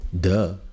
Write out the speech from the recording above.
duh